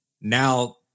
Now